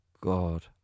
God